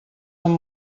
amb